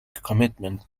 commitment